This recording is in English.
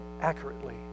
accurately